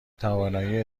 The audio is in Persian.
توانایی